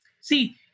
See